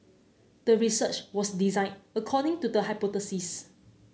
the research was designed according to the hypothesis